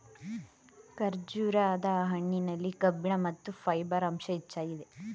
ಖರ್ಜೂರದ ಹಣ್ಣಿನಲ್ಲಿ ಕಬ್ಬಿಣ ಮತ್ತು ಫೈಬರ್ ಅಂಶ ಹೆಚ್ಚಾಗಿದೆ